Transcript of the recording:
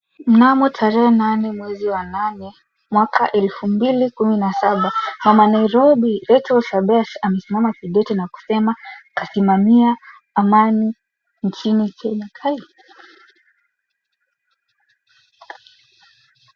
Mnamo tarehe nane mwezi wa nane mwaka wa elfu mbili kumi na saba mama Nairobi Rachel Shebesh amesimama kidete na kusema kasimamia amani nchini Kenya.